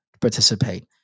participate